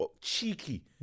cheeky